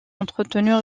entretenue